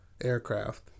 aircraft